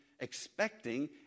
expecting